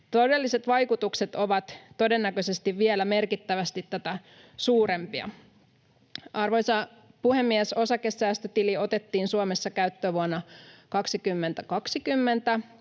Todelliset vaikutukset ovat todennäköisesti vielä merkittävästi tätä suurempia. Arvoisa puhemies! Osakesäästötili otettiin Suomessa käyttöön vuonna 2020.